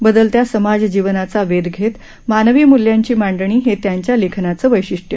बदलत्या समाजजीवनाचा वेध घेत मानवी मूल्यांची मांडणी हे त्यांच्या लेखनाचं वैशिष्ट्य